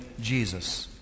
Jesus